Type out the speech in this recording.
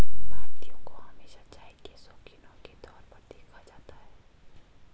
भारतीयों को हमेशा चाय के शौकिनों के तौर पर देखा जाता है